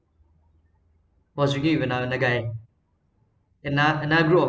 was drinking with another guy and ano~ another group of